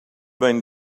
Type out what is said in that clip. been